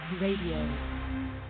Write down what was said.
Radio